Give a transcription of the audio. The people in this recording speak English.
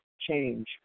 change